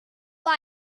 news